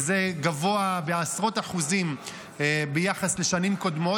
זה גבוה בעשרות אחוזים ביחס לשנים קודמות.